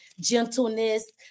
gentleness